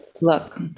Look